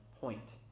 point